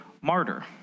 martyr